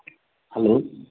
hello